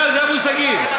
זה המושגים.